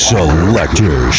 Selector